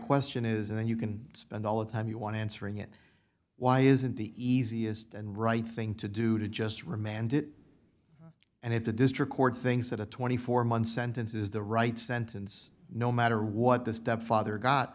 question is and then you can spend all the time you want answering it why isn't the easiest and right thing to do to just remand it and if the district court things that a twenty four month sentence is the right sentence no matter what the stepfather got